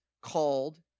called